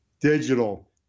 digital